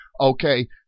Okay